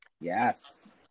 Yes